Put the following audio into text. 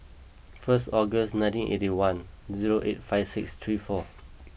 first August nineteen eighty one zero eight five six three four